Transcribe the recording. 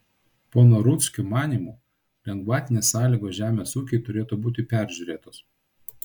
pono rudzkio manymu lengvatinės sąlygos žemės ūkiui turėtų būti peržiūrėtos